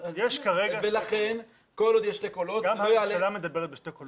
גם הממשלה מדברת בשני קולות.